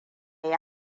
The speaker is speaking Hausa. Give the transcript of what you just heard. yi